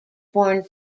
born